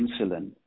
insulin